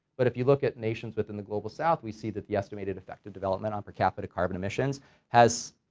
but if you look at nations within the global south, we see that the estimated effect of development on per capita carbon emissions has,